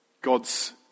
God's